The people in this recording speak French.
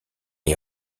est